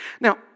Now